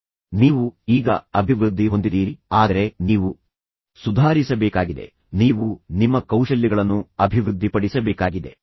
ಆದ್ದರಿಂದ ನೀವು ಈಗ ಅಭಿವೃದ್ಧಿ ಹೊಂದಿದ್ದೀರಿ ಆದರೆ ನೀವು ಸುಧಾರಿಸಬೇಕಾಗಿದೆ ನೀವು ನಿಮ್ಮ ಕೌಶಲ್ಯಗಳನ್ನು ಅಭಿವೃದ್ಧಿಪಡಿಸಬೇಕಾಗಿದೆ